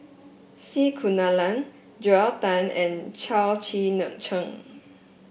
C Kunalan Joel Tan and Chao Tzee Neng Cheng